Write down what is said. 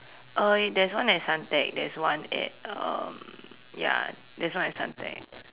uh wait there's one at Suntec there's one at um ya there's one at Suntec